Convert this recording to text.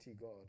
God